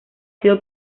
sido